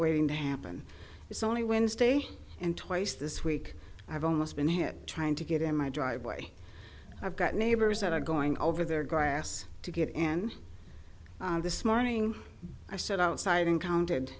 waiting to happen it's only wednesday and twice this week i've almost been hit trying to get in my driveway i've got neighbors that are going over their grass to get in this morning i stood outside and counted